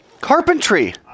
carpentry